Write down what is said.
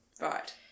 Right